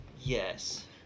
Yes